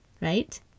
right